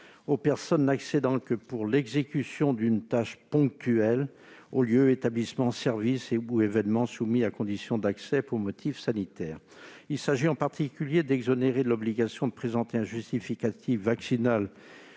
aux personnes n'accédant que pour l'exécution d'une tâche ponctuelle aux lieux, établissements, services ou événements soumis à condition d'accès pour motif sanitaire. Il s'agit, notamment, d'exonérer de l'obligation de présenter un justificatif vaccinal